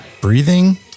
breathing